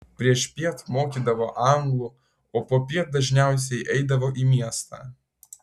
priešpiet mokydavo anglų o popiet dažniausiai eidavo į miestą